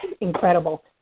incredible